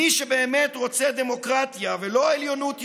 מי שבאמת רוצה דמוקרטיה ולא עליונות יהודית,